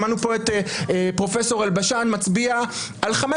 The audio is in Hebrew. שמענו פה את פרופ' אלבשן מצביע על חמש